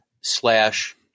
slash